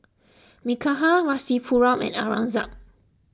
Milkha Rasipuram and Aurangzeb